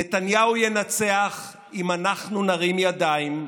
נתניהו ינצח אם אנחנו נרים ידיים,